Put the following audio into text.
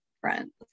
friends